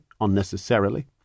unnecessarily